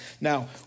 Now